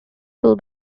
full